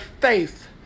faith